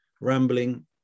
rambling